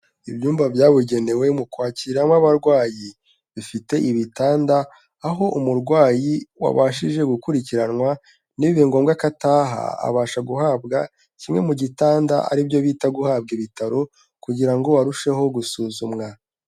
Ibyumba byabugenewe mu kwakiramo abarwayi. Bifite ibitanda aho umurwayi wabashije gukurikiranwa ntibibe ngombwa ko ataha, abasha guhabwa kimwe mu gitanda aribyo bita guhabwa ibitaro, kugira ngo arusheho gusuzumwa.